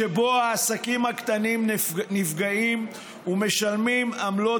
שבו העסקים הקטנים נפגעים ומשלמים עמלות